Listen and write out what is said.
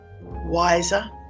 wiser